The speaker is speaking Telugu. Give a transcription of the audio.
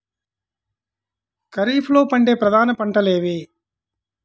ఖరీఫ్లో పండే ప్రధాన పంటలు ఏవి?